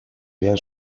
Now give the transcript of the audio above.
habían